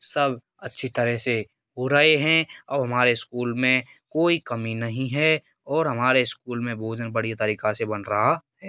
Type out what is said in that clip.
सब अच्छी तरह से हो रहे हैं अब हमारे स्कूल में कोई कमी नहीं है और हमारे स्कूल में भोजन बढ़िया तरीका से बन रहा है